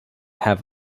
have